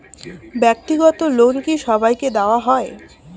ব্যাক্তিগত লোন কি সবাইকে দেওয়া হয়?